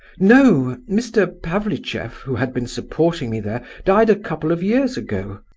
no mr. pavlicheff, who had been supporting me there, died a couple of years ago.